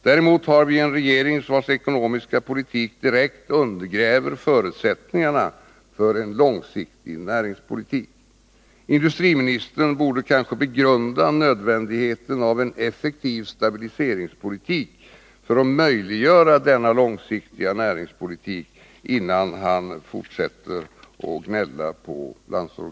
Däremot har vi en regering vars ekonomiska politik direkt undergräver förutsättningarna för en långsiktig näringspolitik. Industriministern borde kanske begrunda nödvändigheten av en effektiv stabiliseringspolitik för att möjliggöra denna långsiktiga näringspolitik, innan han fortsätter att gnälla på LO.